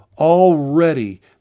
already